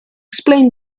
explain